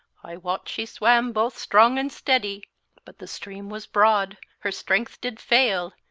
i wot she swam both strong and steady but the stream was broad, her strength did fail,